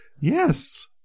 Yes